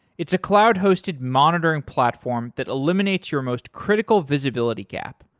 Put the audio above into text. it's a cloud-hosted monitoring platform that eliminates your most critical visibility gap,